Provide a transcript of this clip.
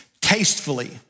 tastefully